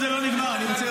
אני מקשיב לך כבר 12 דקות.